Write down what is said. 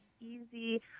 easy